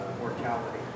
mortality